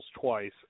twice